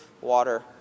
water